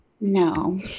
No